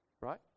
right